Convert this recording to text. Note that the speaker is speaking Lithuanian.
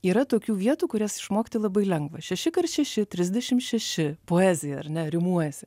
yra tokių vietų kurias išmokti labai lengva šeši kart šeši trisdešim šeši poezija ar ne rimuojasi